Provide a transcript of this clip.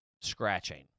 Scratching